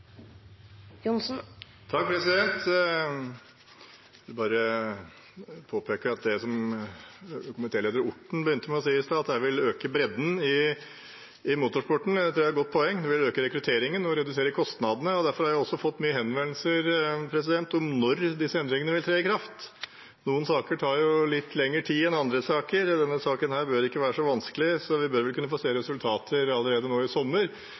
vil bare påpeke at det komitéleder Orten begynte med å si i sted om at det vil øke bredden i motorsporten, tror jeg er et godt poeng. Det vil øke rekrutteringen og redusere kostnadene. Derfor har jeg også fått mange henvendelser om når disse endringene vil tre i kraft. Noen saker tar jo litt lenger tid enn andre saker. Denne saken bør ikke være så vanskelig, så vi bør vel kunne se resultater allerede i sommer,